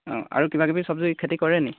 অঁ আৰু কিবাকিবি চবজি খেতি কৰে নি